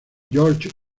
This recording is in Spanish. george